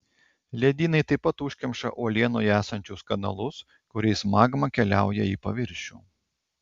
ledynai taip pat užkemša uolienoje esančius kanalus kuriais magma keliauja į paviršių